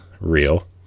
real